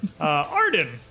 Arden